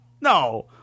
no